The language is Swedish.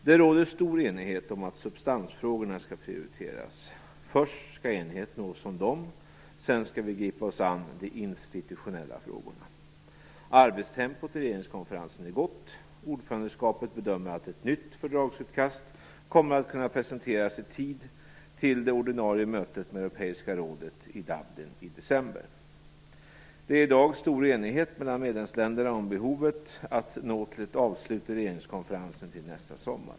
Det råder stor enighet om att substansfrågorna skall prioriteras. Först skall enhet nås om dem. Sedan skall vi gripa oss an de institutionella frågorna. Arbetstempot i regeringskonferensen är gott. Ordförandeskapet bedömer att ett nytt fördragsutkast kommer att kunna presenteras i tid till det ordinarie mötet med Europeiska rådet i Dublin i december. Det är i dag stor enighet mellan medlemsländerna om behovet att nå ett avslut i regeringskonferensen till nästa sommar.